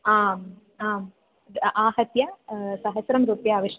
आम् आम् आहत्य सहस्रं रूप्यकाणि आवश्यकानि